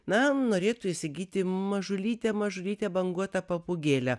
na norėtų įsigyti mažulytę mažulytę banguota papūgėlę